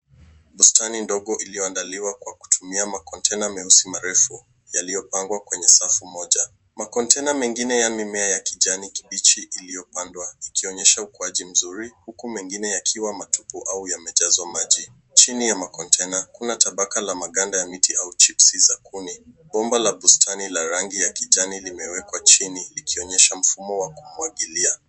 Bustani ndogo iliyoandaliwa kwa kutumia makontena meusi marefu yaliyopangwa kwenye safu moja. Makontena mengine ya mimea ya kijani kibichi iliyopandwa ikionyesha ukuaji mzuri huku mengine yakiwa matupu au yamejazwa maji. Chini ya makontena kuna tabaka la maganda ya miti au chipsi za kuni. Nyumba la bustani la rangi ya kijani limewekwa chini likionyesha mfumo wa kumwagilia.